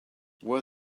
were